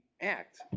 act